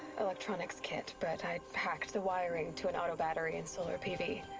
electronics kit, but i'd. hacked the wiring to an autobattery, and solar pv.